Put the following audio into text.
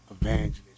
evangelist